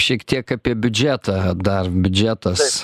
šiek tiek apie biudžetą dar biudžetas